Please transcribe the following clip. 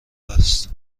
است